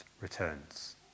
returns